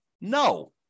No